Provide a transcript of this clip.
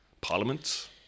parliament